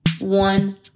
one